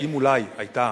שאם אולי היתה,